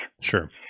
Sure